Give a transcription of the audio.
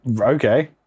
Okay